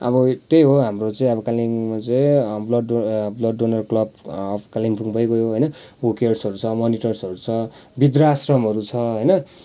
अब त्यही हो हाम्रो चाहिँ अब कालिम्पोङमा चाहिँ ब्लड डो blood donor club of Kalimpong भइ गयो होइन हू केयर्सहरू छ मनी ट्रस्टहरू छ वृद्धआश्रमहरू छ होइन